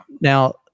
Now